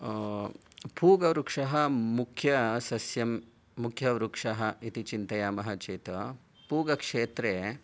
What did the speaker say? पूगवृक्षः मुख्यसस्यं मुख्यवृक्षः इति चिन्तयामः चेत् पूगक्षेत्रे